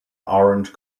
orange